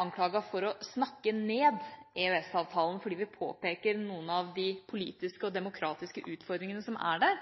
anklaget for å snakke ned EØS-avtalen fordi vi påpeker noen av de politiske og demokratiske utfordringene som er der,